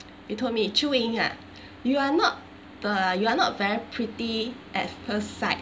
he told me qiu ying ah you are not the you are not very pretty at first sight